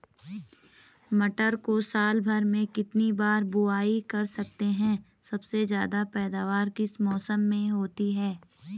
मटर को साल भर में कितनी बार बुआई कर सकते हैं सबसे ज़्यादा पैदावार किस मौसम में होती है?